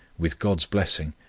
with god's blessing,